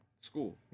school